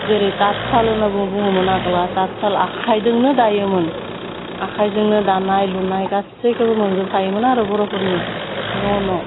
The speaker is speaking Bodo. जेरै तात साल होन्ना बुङोमोन आगोला तात साल आखाइजोंनो दायोमोन आखाइजोंनो दानाय लुनाय गासैखौबो मोनजोबखायोमोन आरो बर'फोरनि न' न'